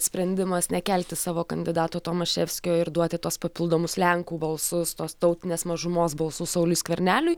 sprendimas nekelti savo kandidato tomaševskio ir duoti tuos papildomus lenkų balsus tos tautinės mažumos balsus sauliui skverneliui